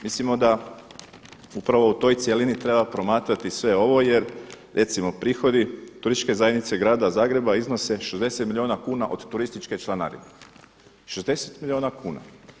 Mislimo da upravo o toj cjelini treba promatrati sve ovo jer recimo prihodi Turističke zajednice Grada Zagreba iznose 60 milijuna kuna od turističke članarine, 60 milijuna kuna.